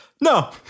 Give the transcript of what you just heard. no